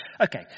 Okay